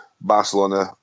Barcelona